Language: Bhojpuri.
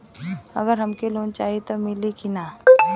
अगर हमके लोन चाही त मिली की ना?